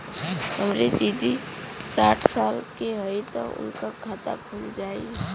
हमरे दादी साढ़ साल क हइ त उनकर खाता खुल जाई?